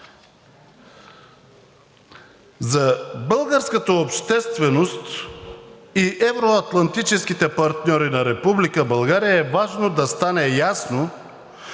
За българската общественост и евро-атлантическите партньори на Република България е важно да стане ясно